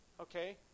Okay